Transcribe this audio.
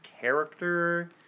character